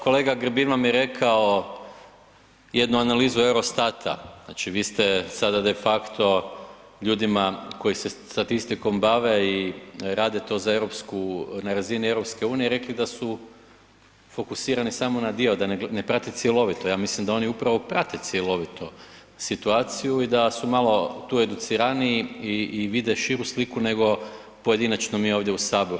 Kolega Grbin vam je rekao jednu analizu Eurostata, znači vi ste sada de facto ljudima koji se statistikom bave i rade to na razini EU rekli da su fokusirani samo na dio, a da ne prate cjelovito, ja mislim da oni upravo prate cjelovito situaciju i da su malo tu educiraniji i vide širu sliku nego pojedinačno mi ovdje u Saboru.